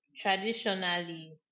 traditionally